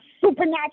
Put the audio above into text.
supernatural